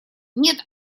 нет